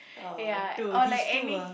oh two he's two ah